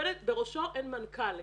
אין מנכ"ל,